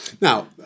Now